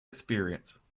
experience